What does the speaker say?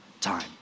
time